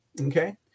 okay